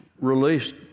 released